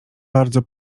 bardzo